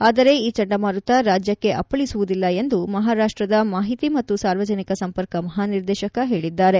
ಆದರೆ ಈ ಚಂಡಮಾರುತ ರಾಜ್ಯಕ್ಷೆ ಅಪ್ಪಳಿಸುವುದಿಲ್ಲ ಎಂದು ಮಹಾರಾಪ್ಪದ ಮಾಹಿತಿ ಮತ್ತು ಸಾರ್ವಜನಿಕ ಸಂಪರ್ಕ ಮಹಾ ನಿರ್ದೇಶಕ ಹೇಳಿದ್ದಾರೆ